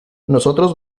nosotros